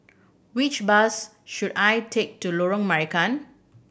which bus should I take to Lorong Marican